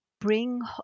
bring